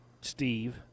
Steve